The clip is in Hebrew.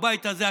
הבית הזה,